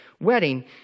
wedding